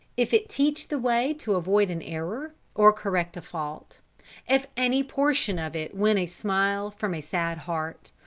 if it teach the way to avoid an error, or correct a fault if any portion of it win a smile from a sad heart,